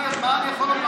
מה אני יכול לומר?